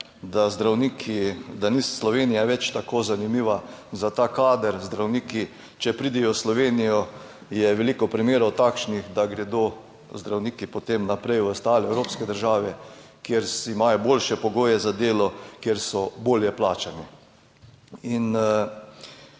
da ni Slovenija več tako zanimiva za ta kader, zdravniki, če pridejo v Slovenijo, je veliko primerov takšnih, da gredo zdravniki potem naprej v ostale evropske države, kjer imajo boljše pogoje za delo, kjer so bolje plačani in